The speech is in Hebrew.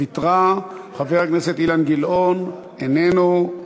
ויתרה, חבר הכנסת אילן גילאון, איננו.